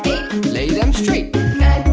lay them straight but